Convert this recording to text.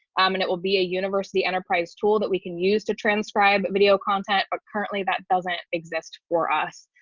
um and it will be a university enterprise tool that we can use to transcribe video content but currently that doesn't exist for us.